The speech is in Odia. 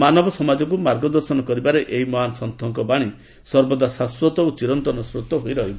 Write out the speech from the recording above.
ମାନବ ସମାଜକୁ ମାର୍ଗଦର୍ଶନ କରିବାରେ ଏହି ମହାନ୍ ସନ୍ତୁଙ୍କ ବାଣୀ ସର୍ବଦା ଶାସ୍ୱତ ଓ ଚିରନ୍ତନ ସ୍କୋତ ହୋଇ ରହିବ